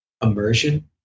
immersion